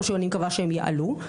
שאני מקווה שהם יעלו.